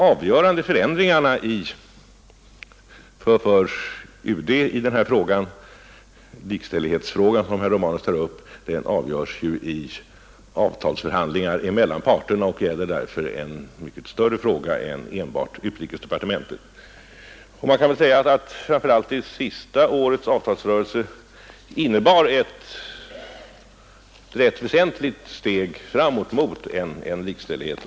Avgörande förändringar inom UD i den likställighetsfråga som herr Romanus tar upp görs ju i avtalsförhandlingar mellan parterna. Frågan har därför mycket större räckvidd än enbart utrikesdepartementet. Framför allt föregående års avtalsrörelse innebar ett rätt väsentligt steg mot en likställighet.